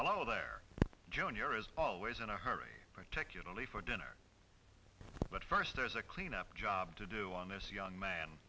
hello there junior is always in a hurry particularly for dinner but first there's a cleanup job to do on this young man